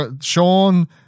Sean